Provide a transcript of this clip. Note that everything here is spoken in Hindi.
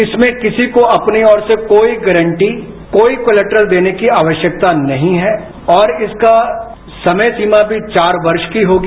इसमें किसी को भी अपनी ओर से कोई गारंटी कोई कोर्लटरल देने की आवश्यकता नहीं है और इसका समय सीमा भी चार वर्ष की होगी